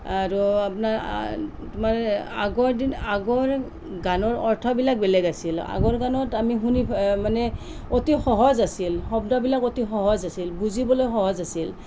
আৰু আপোনাৰ তোমাৰ আগৰ দিন আগৰ গানৰ অৰ্থবিলাক বেলেগ আছিল আগৰ গানত আমি শুনি মানে অতি সহজ আছিল শব্দবিলাক অতি সহজ আছিল বুজিবলৈ সহজ আছিল